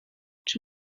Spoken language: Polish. czy